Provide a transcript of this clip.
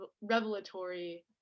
revelatory